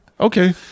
Okay